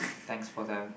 thanks for the